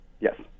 Yes